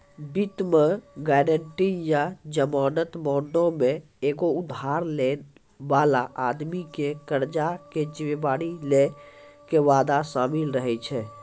वित्त मे गायरंटी या जमानत बांडो मे एगो उधार लै बाला आदमी के कर्जा के जिम्मेदारी लै के वादा शामिल रहै छै